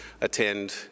attend